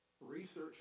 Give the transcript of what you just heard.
research